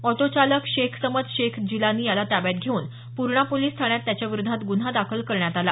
auto चालक शेख समद शेख जिलानी याला ताब्यात घेऊन पूर्णा पोलिस ठाण्यात त्याच्याविरोधात गुन्हा दाखल करण्यात आला